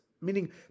meaning